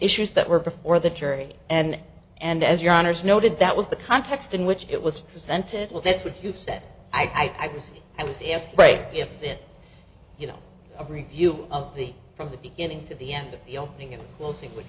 issues that were before the jury and and as your honour's noted that was the context in which it was presented well that's what you said i was i was if right if this you know a review of the from the beginning to the end of the opening and closing would